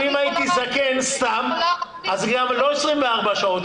אם הייתי זקן סתם אז גם לא 24 שעות,